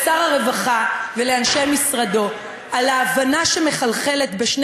לשר הרווחה ולאנשי משרדו על ההבנה שמחלחלת בשני